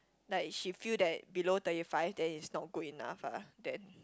like she feel that below thirty five then is not good enough ah then